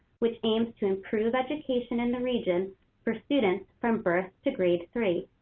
which aims to improve education in the region for students from birth to grade three.